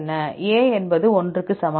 A என்பது 1 க்கு சமம்